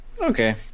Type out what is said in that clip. okay